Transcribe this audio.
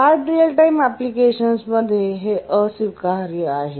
hard real time एप्लीकेशनसमध्ये हे अस्वीकार्य आहे